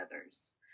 others